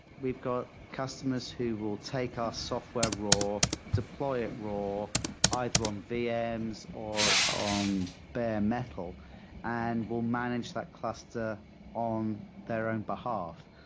we've got customers who will take our software raw, deploy it raw either from um vms or on bare metal and will manage that cluster on their own behalf.